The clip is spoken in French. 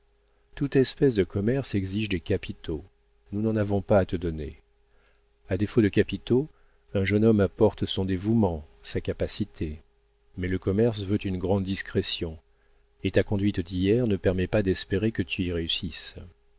toute espèce de commerce exige des capitaux nous n'en avons pas à te donner a défaut de capitaux un jeune homme apporte son dévouement sa capacité mais le commerce veut une grande discrétion et ta conduite d'hier ne permet pas d'espérer que tu y réussisses